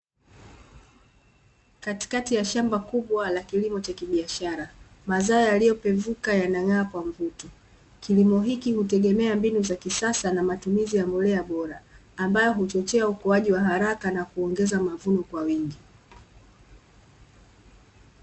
Katikati ya shamba kubwa la kilimo cha kibiashara, mazao yaliyopevuka yanang'aa kwa mvuto. Kilimo hiki hutegemea mbinu za kisasa na matumizi ya mbolea bora, ambayo huchochea ukuaji wa haraka na kuongeza mavuno kwa wingi.